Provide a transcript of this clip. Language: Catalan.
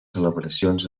celebracions